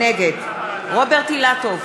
נגד רוברט אילטוב,